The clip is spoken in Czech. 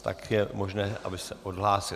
Tak je možné, aby se odhlásil.